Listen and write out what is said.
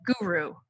guru